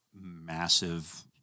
massive